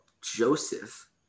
Joseph